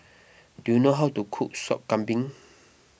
do you know how to cook Sop Kambing